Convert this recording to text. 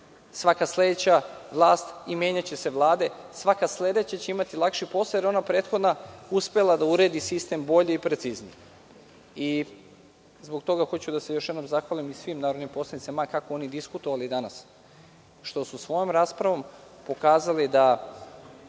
Svaka sledeća vlast, menjaće se vlade, će imati lakši posao jer je ona prethodna uspela da uredi sistem bolje i preciznije. Zbog toga hoću da se još jednom zahvalim svim narodnim poslanicima, ma kako oni diskutovali danas, što su svojom raspravom pokazali da